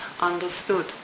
understood